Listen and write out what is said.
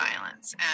violence